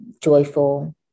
joyful